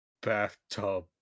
Bathtub